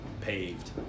Paved